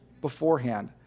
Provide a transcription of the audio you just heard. beforehand